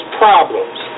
problems